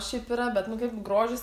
šiaip yra bet grožis